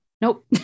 Nope